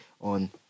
on